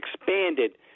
expanded